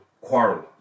quarrel